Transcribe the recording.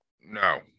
No